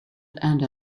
and